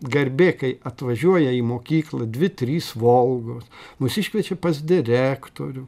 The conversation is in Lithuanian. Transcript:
garbė kai atvažiuoja į mokyklą dvi trys volgos mus iškviečia pas direktorių